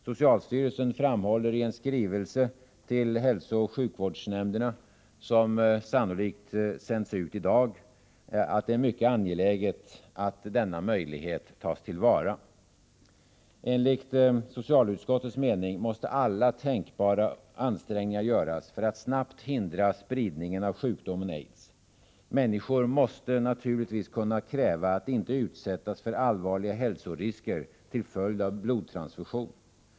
Socialstyrelsen framhåller i en skrivelse till hälsooch sjukvårdsnämnderna, som sannolikt sänds ut i dag, att det är mycket viktigt att denna möjlighet tas till vara. Enligt socialutskottets mening måste alla tänkbara ansträngningar göras för att snabbt hindra spridningen av sjukdomen AIDS. Människor måste naturligtvis kunna kräva att de inte skall utsättas för allvarliga hälsorisker till följd av blodtransfusion.